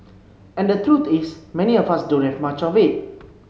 and the truth is many of us don't have much of it